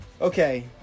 Okay